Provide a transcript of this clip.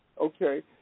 okay